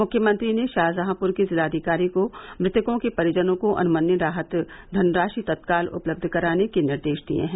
मुख्यमंत्री ने शाहजहांपुर के जिलाधिकारी को मृतकों के परिजनों को अनुमन्य राहत धनराशि तत्काल उपलब्ध कराने के निर्देश दिये हैं